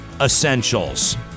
essentials